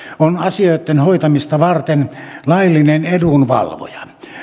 on asioitten hoitamista varten laillinen edunvalvoja